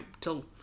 till